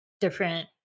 different